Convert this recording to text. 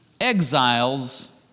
exiles